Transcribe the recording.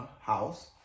house